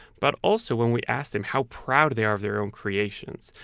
but also, when we asked them how proud they are of their own creations,